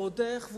ועוד איך,